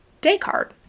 Descartes